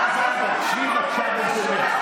השרה זנדברג, שבי, בבקשה, במקומך.